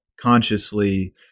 consciously